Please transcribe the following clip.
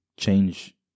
change